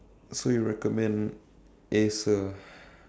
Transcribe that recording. so you recommend Acer